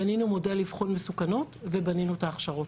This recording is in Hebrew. בנינו מודל לבחון מסוכנות ובנינו את ההכשרות.